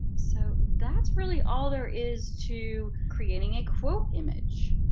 so that's really all there is to creating a quote image.